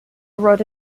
wrote